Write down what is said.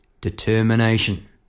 determination